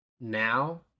now